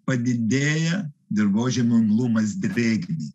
padidėja dirvožemio imlumas drėgmei